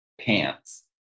pants